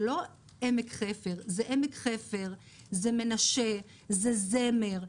זה לא עמק חפר, זה עמק חפר, זה מנשה, זה זמר,